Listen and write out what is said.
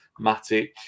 Matic